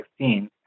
2016